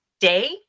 day